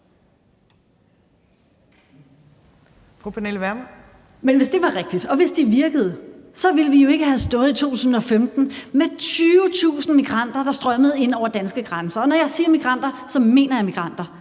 Hvis det var rigtigt, og hvis de virkede, så ville vi jo ikke have stået i 2015 med 20.000 migranter, der strømmede ind over de danske grænser – og når jeg siger migranter, så mener jeg migranter.